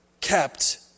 kept